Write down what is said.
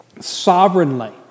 sovereignly